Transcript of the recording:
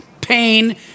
pain